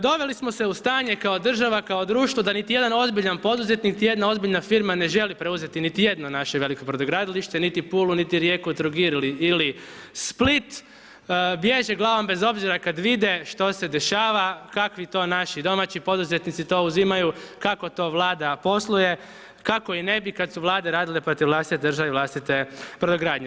Doveli smo se u stanje kao država, kao društvo da niti jedan ozbiljna poduzetnik niti jedna ozbiljna firma ne želi preuzeti niti jedno naše veliko brodogradilište niti Pulu, niti Rijeku, Trogir ili Split, bježe glavom bez obzira kad vide što se dešava, kakvi to naši domaći poduzetnici to uzimaju, kako to Vlada posluje, kako i ne bi kad su Vlade protiv vlastite države i vlastite brodogradnje.